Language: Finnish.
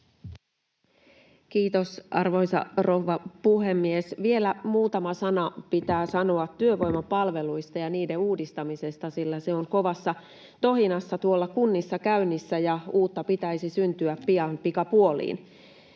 Kiitos, arvoisa rouva puhemies! Vielä muutama sana pitää sanoa työvoimapalveluista ja niiden uudistamisesta, sillä se on kovassa tohinassa tuolla kunnissa käynnissä ja uutta pitäisi syntyä pian pikapuoliin.